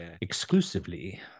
exclusively